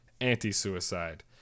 anti-suicide